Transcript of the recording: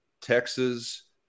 Texas